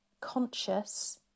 conscious